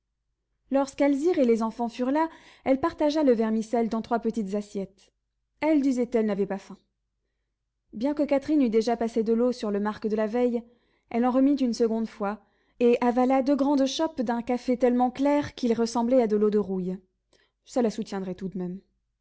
alzire et les enfants furent là elle partagea le vermicelle dans trois petites assiettes elle disait-elle n'avait pas faim bien que catherine eût déjà passé de l'eau sur le marc de la veille elle en remit une seconde fois et avala deux grandes chopes d'un café tellement clair qu'il ressemblait à de l'eau de rouille ça la soutiendrait tout de même